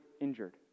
injured